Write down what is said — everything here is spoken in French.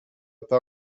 pas